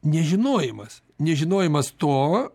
nežinojimas nežinojimas to